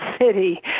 city